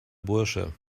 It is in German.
bursche